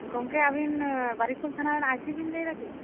ᱜᱚᱝᱠᱮ ᱟᱵᱤᱱ ᱵᱟᱨᱤᱠᱩᱞ ᱛᱷᱟᱱᱟ ᱨᱮᱱ ᱟᱭᱥᱤ ᱵᱮᱱ ᱞᱟᱹᱭ ᱮᱫᱟ ᱠᱤ